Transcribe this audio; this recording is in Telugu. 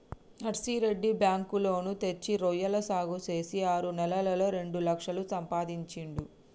నర్సిరెడ్డి బ్యాంకు లోను తెచ్చి రొయ్యల సాగు చేసి ఆరు నెలల్లోనే రెండు లక్షలు సంపాదించిండు